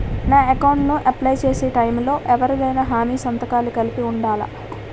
నా అకౌంట్ ను అప్లై చేసి టైం లో ఎవరిదైనా హామీ సంతకాలు కలిపి ఉండలా?